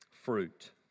fruit